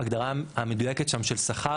ההגדרה המדויקת שם של שכר,